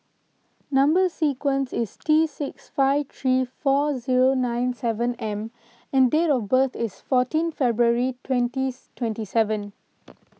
Number Sequence is T six five three four zero nine seven M and date of birth is fourteenth February twenties twenty seven